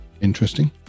interesting